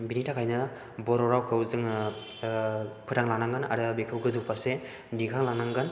बेनिथाखायनो बर' रावखौ जोङो फोथांलांनांगोन आरो बेखौ गोजौ फारसे दिखांलांनांगोन